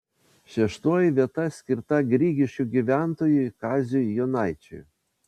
šeštoji vieta skirta grigiškių gyventojui kaziui jonaičiui